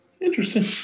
Interesting